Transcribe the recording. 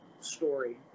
story